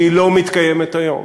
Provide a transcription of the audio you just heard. והיא לא מתקיימת היום,